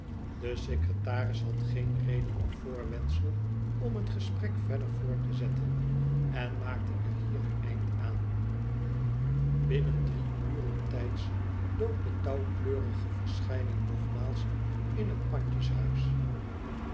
de secretaris had geen reden of voorwendsel om het gesprek verder voort te zetten en maakte er hier een eind aan binnen drie uren tijds dook de tottwkleurige verschijning nogmaals in het